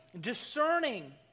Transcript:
discerning